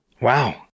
Wow